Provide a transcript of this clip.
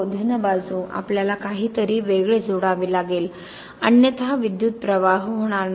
धन बाजू आपल्याला काहीतरी वेगळे जोडावे लागेल अन्यथा विद्युत प्रवाह होणार नाही